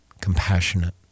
compassionate